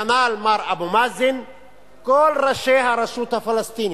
כנ"ל אבו מאזן וכל ראשי הרשות הפלסטינית.